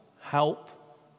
help